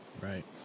right